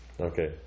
Okay